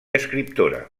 escriptora